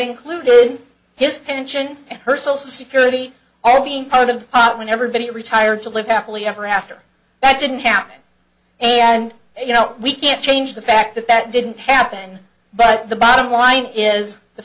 included his pension and personal security are being over the top when everybody retired to live happily ever after that didn't happen and you know we can't change the fact that that didn't happen but the bottom line is the